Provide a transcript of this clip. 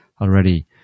already